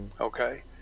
Okay